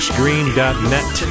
green.net